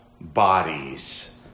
bodies